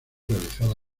realizada